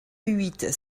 huit